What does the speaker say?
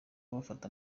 wafata